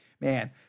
Man